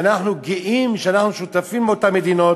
שאנחנו גאים שאנחנו שותפים עם אותן מדינות,